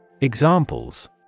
Examples